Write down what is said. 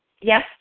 Yes